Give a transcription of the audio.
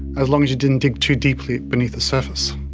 as long as you didn't dig too deeply beneath the surface.